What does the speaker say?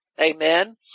Amen